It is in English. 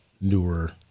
newer